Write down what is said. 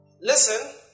Listen